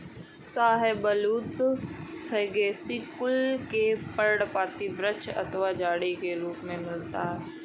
शाहबलूत फैगेसी कुल के पर्णपाती वृक्ष अथवा झाड़ी के रूप में मिलता है